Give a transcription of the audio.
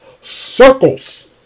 circles